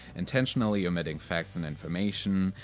intentionally omitting facts and information,